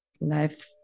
life